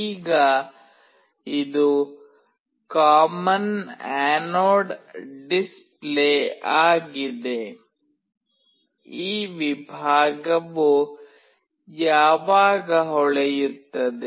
ಈಗ ಇದು common anode display ಆಗಿದೆ ಈ ವಿಭಾಗವು ಯಾವಾಗ ಹೊಳೆಯುತ್ತದೆ